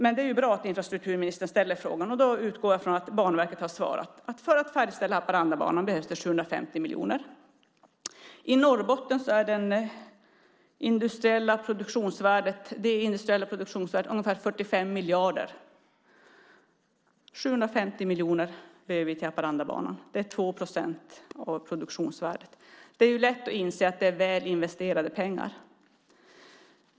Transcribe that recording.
Men det är ju bra att infrastrukturministern har ställt frågan, och då utgår jag från att Banverket har svarat att för att färdigställa Haparandabanan behövs det 750 miljoner. I Norrbotten är det industriella produktionsvärdet ungefär 45 miljarder. 750 miljoner behöver vi till Haparandabanan. Det är 2 procent av produktionsvärdet. Det är lätt att inse att det är väl investerade pengar.